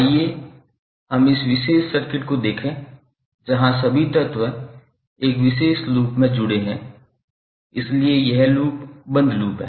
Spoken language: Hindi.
आइए हम इस विशेष सर्किट को देखें जहां सभी तत्व एक विशेष लूप में जुड़े हुए हैं इसलिए यह लूप बंद लूप है